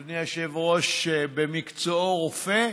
אדוני היושב-ראש במקצועו רופא,